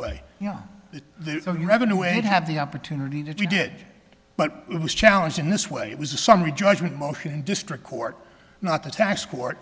way the revenue and have the opportunity that we did but it was challenge in this way it was a summary judgment motion district court not the tax court